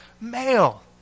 male